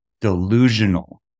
delusional